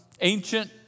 ancient